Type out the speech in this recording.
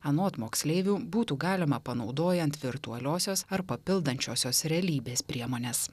anot moksleivių būtų galima panaudojant virtualiosios ar papildančiosios realybės priemones